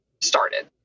started